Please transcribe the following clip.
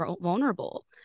vulnerable